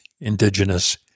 Indigenous